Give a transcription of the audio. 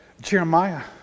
Jeremiah